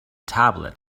tablet